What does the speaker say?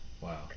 wow